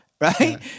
right